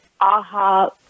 aha